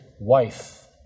wife